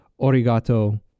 Origato